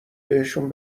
بهشون